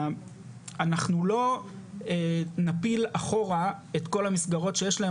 אנחנו לא נפיל אחורה את כל המסגרות שיש להן